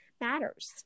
matters